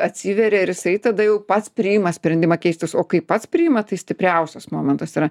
atsiveria ir jisai tada jau pats priima sprendimą keistis o kai pats priima tai stipriausias momentas yra